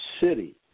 city